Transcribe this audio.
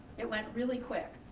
it went really quick,